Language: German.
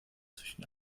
zwischen